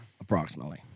Approximately